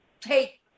take